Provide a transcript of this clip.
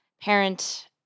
parent